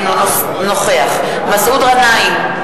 אינו נוכח מסעוד גנאים,